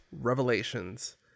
Revelations